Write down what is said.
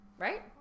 Right